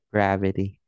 Gravity